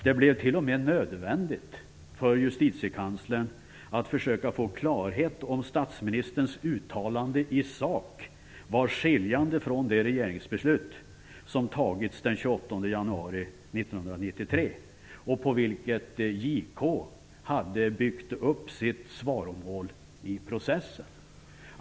Det blev t.o.m. nödvändigt för justitiekanslern att försöka få klarhet i, om statsministerns uttalande i sak var skiljande från det regeringsbeslut som fattats den 28 januari 1993 och på vilket JK hade byggt upp sitt svaromål i processen.